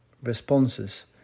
responses